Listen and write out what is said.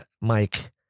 Mike